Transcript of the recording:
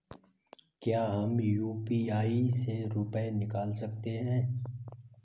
क्या हम यू.पी.आई से रुपये निकाल सकते हैं?